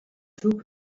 two